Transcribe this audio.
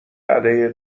علیه